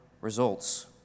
results